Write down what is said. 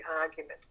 argument